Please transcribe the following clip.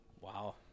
Wow